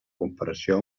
comparació